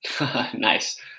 Nice